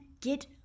get